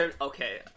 okay